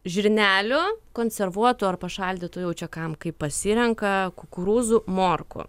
žirnelių konservuotų arba šaldytų jau čia kam kaip pasirenka kukurūzų morkų